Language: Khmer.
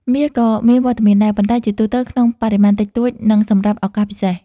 មាសក៏មានវត្តមានដែរ ប៉ុន្តែជាទូទៅក្នុងបរិមាណតិចតួច និងសម្រាប់ឱកាសពិសេស។